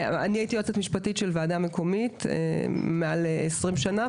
אני הייתי יועצת משפטית של ועדה מקומית מעל עשרים שנה,